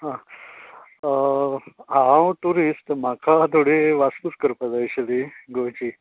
हा हांव ट्यूरिस्ट म्हाका थोडी वासपूस करपाक जाय आशिल्ली गोंयची